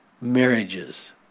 marriages